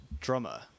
drummer